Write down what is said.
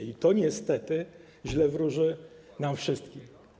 I to niestety źle wróży nam wszystkim.